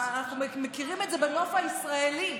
אנחנו מכירים את זה בנוף הישראלי.